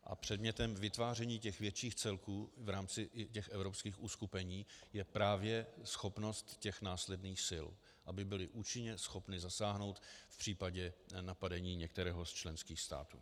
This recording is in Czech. A předmětem vytváření větších celků v rámci i evropských uskupení je právě schopnost následných sil, aby byly účinně schopny zasáhnout v případě napadení některého z členských států.